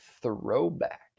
throwback